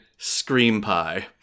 ScreamPie